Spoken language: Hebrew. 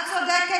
את צודקת.